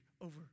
over